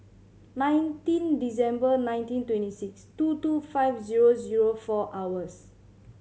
nineteen December nineteen twenty six two two five zero zero four hours